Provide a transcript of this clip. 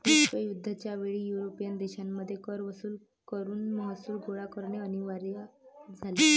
विश्वयुद्ध च्या वेळी युरोपियन देशांमध्ये कर वसूल करून महसूल गोळा करणे अनिवार्य झाले